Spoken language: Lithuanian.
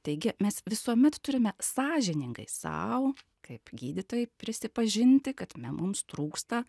taigi mes visuomet turime sąžiningai sau kaip gydytojai prisipažinti kad me mums trūksta